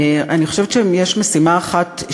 אני חושבת שאם יש משימה אחת,